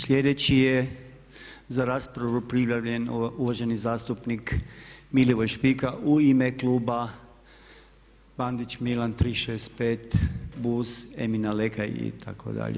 Sljedeći je za raspravu prijavljen uvaženi zastupnik Milivoj Špika u ime kluba Bandić Milan 365 BUZ Ermina Leka itd.